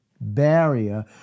barrier